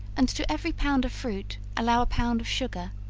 and to every pound of fruit, allow a pound of sugar,